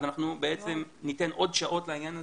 אז אנחנו בעצם ניתן עוד שעות לעניין הזה,